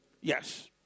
Yes